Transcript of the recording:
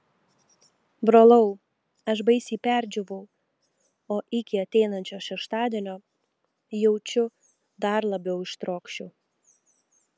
brolau aš baisiai perdžiūvau o iki ateinančio šeštadienio jaučiu dar labiau ištrokšiu